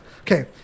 okay